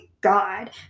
God